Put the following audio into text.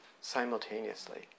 simultaneously